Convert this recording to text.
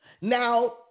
Now